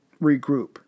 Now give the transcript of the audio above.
regroup